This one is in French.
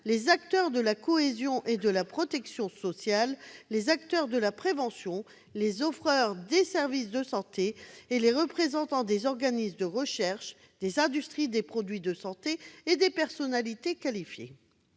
les acteurs de la cohésion et de la protection sociales, les acteurs de la prévention, les offreurs de services de santé et les représentants des organismes de recherche, des industries des produits de santé et des personnalités qualifiées.